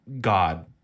god